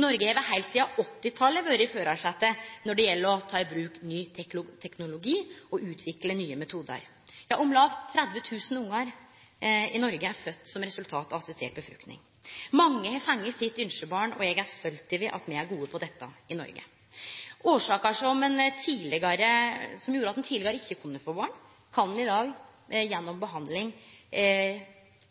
Noreg har heilt sidan 1980-talet vore i førarsetet når det gjeld å ta i bruk ny teknologi og utvikle nye metodar. Om lag 30 000 ungar i Noreg er fødde som eit resultat av assistert befrukting. Mange har fått sitt ynskebarn, og eg er stolt over at me er gode på dette i Noreg. Det kunne vere årsaker som før gjorde at ein ikkje kunne få barn, men det kan i dag gjennom behandling